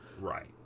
Right